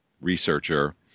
researcher